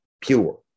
pure